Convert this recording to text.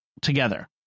together